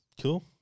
Cool